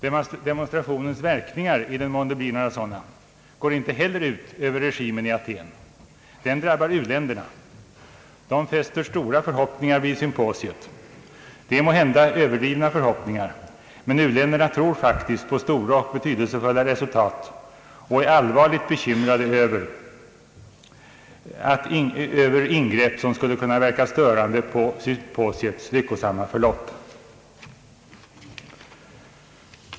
Demonstrationens verkningar, i den mån det blir några sådana, går inte heller ut över regimen i Athén utan drabbar u-länderna, De fäster stora förhoppningar vid symposiet — måhända överdrivna sådana — men de tror faktiskt på stora och betydelsefulla resultat och är allvarligt bekymrade över ingrepp som skulle kunna inverka störande på symposiets lyckosamma förlopp.